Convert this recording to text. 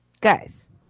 guys